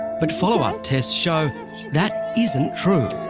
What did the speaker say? but followup tests show that isn't true.